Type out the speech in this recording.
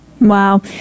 Wow